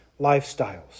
lifestyles